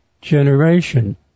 generation